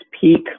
peak